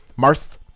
Marth